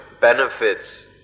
benefits